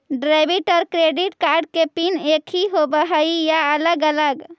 Debit और credit card के pin एकही होव हइ या अलग अलग?